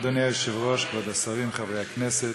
אדוני היושב-ראש, כבוד השרים, חברי הכנסת,